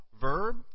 verb